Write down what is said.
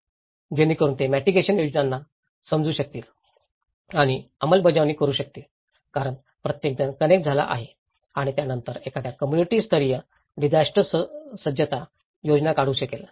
जेणेकरून ते मिटिगेशन योजनांना समजू शकतील आणि अंमलबजावणी करु शकतील कारण प्रत्येकजण कनेक्ट झाला आहे आणि त्यानंतरच एखादा कम्म्युनिटी स्तरीय डिजास्टर सज्जता योजना काढू शकेल